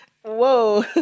whoa